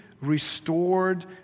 restored